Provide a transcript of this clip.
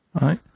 right